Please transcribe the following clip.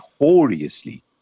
notoriously